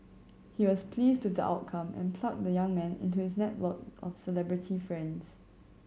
he was pleased with the outcome and plugged the young man into his network of celebrity friends